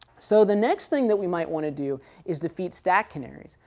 so the next thing that we might want to do is defeat stack canaries.